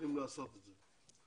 וצריכים לעשות את זה,